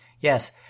Yes